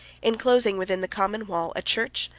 enclosing, within the common wall, a church,